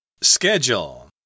Schedule